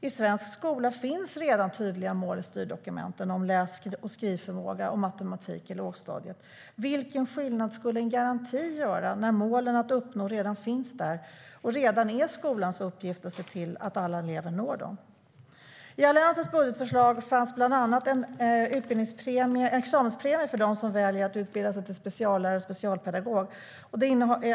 I svensk skola finns redan tydliga mål i styrdokumenten om läs och skrivförmåga och matematik i lågstadiet. Vilken skillnad skulle en garanti göra när målen som ska uppnås redan finns där och det redan är skolans uppgift att se till att alla elever når dem?I Alliansens budgetförslag fanns bland annat en examenspremie för den som väljer att utbilda sig till speciallärare eller specialpedagog.